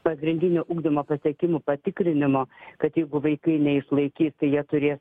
pagrindinio ugdymo pasiekimų patikrinimo kad jeigu vaikai neišlaikys tai jie turės